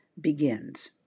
begins